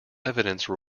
evidence